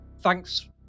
Thanks